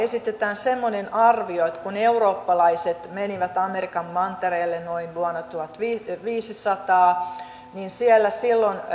esitetään semmoinen arvio että kun eurooppalaiset menivät amerikan mantereelle noin vuonna tuhatviisisataa niin siellä silloin